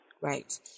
Right